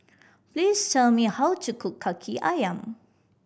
please tell me how to cook Kaki Ayam